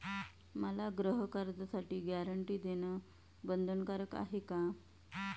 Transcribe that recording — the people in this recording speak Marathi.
मला गृहकर्जासाठी गॅरंटी देणं बंधनकारक आहे का?